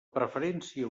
preferència